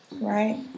Right